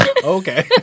Okay